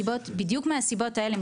בדיוק מהסיבות האלה,